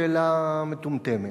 שאלה מטומטמת,